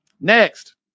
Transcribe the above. Next